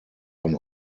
von